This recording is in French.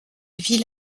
ville